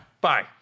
Bye